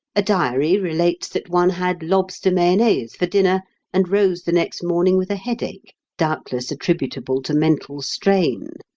a diary relates that one had lobster mayonnaise for dinner and rose the next morning with a headache, doubtless attributable to mental strain.